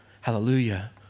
Hallelujah